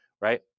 right